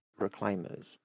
Reclaimers